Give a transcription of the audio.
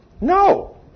No